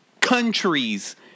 countries